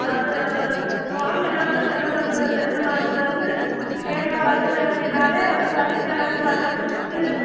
அது வ குரங்கு என்ன பண்ணுது தென்னை மரத்தில் தென்னை மரத்தில் வந்து தேங்காய் வருது அப்படின்னாவே வந்து பார்த்தீங்கன்னா என்ன பண்ணுது அதெல்லாம் பிச்சு